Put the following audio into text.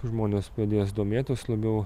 žmonės pradės domėtis labiau